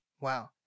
Wow